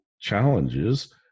challenges